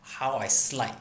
how I slide